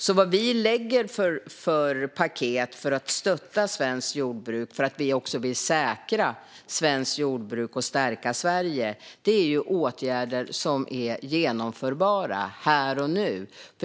Det paket vi lägger fram för att stötta svenskt jordbruk, eftersom vi också vill säkra svenskt jordbruk och stärka Sverige, är åtgärder som är genomförbara här och nu.